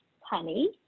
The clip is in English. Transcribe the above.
honey